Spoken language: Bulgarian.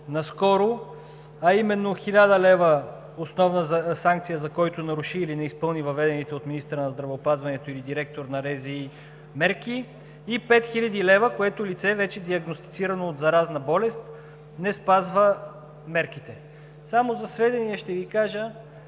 наскоро, а именно – 1000 лв. санкция, за който наруши или не изпълни въведените от министъра на здравеопазването или директор на РЗИ мерки, и 5000 лв., което лице, вече диагностицирано от заразна болест, не спазва мерките. Само за сведение ще Ви кажа,